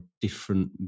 different